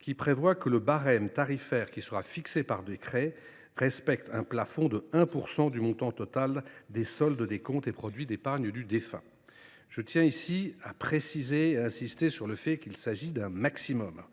qui prévoit que le barème tarifaire qui sera fixé par décret respecte un plafond de 1 % du montant total des soldes des comptes et produits d’épargne du défunt. Je précise – et j’insiste sur ce point – qu’il s’agit d’un maximum